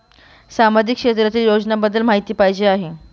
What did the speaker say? सामाजिक क्षेत्रातील योजनाबद्दल माहिती पाहिजे आहे?